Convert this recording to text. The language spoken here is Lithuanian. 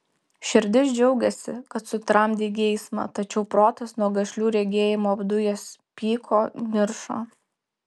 širdis džiaugėsi kad sutramdei geismą tačiau protas nuo gašlių regėjimų apdujęs pyko niršo